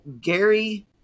Gary